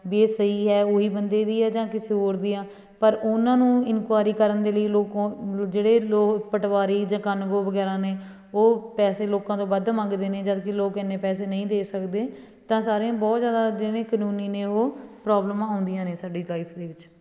ਵੀ ਇਹ ਸਹੀ ਹੈ ਉਹੀ ਬੰਦੇ ਦੀ ਆ ਜਾਂ ਕਿਸੇ ਹੋਰ ਦੀ ਆ ਪਰ ਉਹਨਾਂ ਨੂੰ ਇਨਕੁਆਇਰੀ ਕਰਨ ਦੇ ਲਈ ਲੋਕ ਜਿਹੜੇ ਲੋਕ ਪਟਵਾਰੀ ਜਾਂ ਕਾਨੂੰਗੋ ਵਗੈਰਾ ਨੇ ਉਹ ਪੈਸੇ ਲੋਕਾਂ ਤੋਂ ਵੱਧ ਮੰਗਦੇ ਨੇ ਜਦ ਕਿ ਲੋਕ ਇੰਨੇ ਪੈਸੇ ਨਹੀਂ ਦੇ ਸਕਦੇ ਤਾਂ ਸਾਰੀਆਂ ਬਹੁਤ ਜ਼ਿਆਦਾ ਜਿਵੇਂ ਕਾਨੂੰਨੀ ਨੇ ਉਹ ਪ੍ਰੋਬਲਮਾਂ ਆਉਂਦੀਆਂ ਨੇ ਸਾਡੀ ਲਾਈਫ ਦੇ ਵਿੱਚ